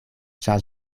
ĉar